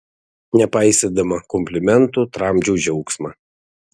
nepaisydama komplimentų tramdžiau džiaugsmą